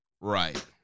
right